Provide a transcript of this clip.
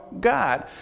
God